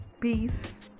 peace